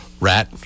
rat